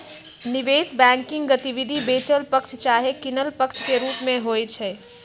निवेश बैंकिंग गतिविधि बेचल पक्ष चाहे किनल पक्ष के रूप में होइ छइ